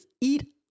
eat